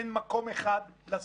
אין מקום אחד לשים.